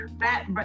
Fat